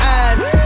eyes